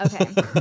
Okay